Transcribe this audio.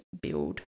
build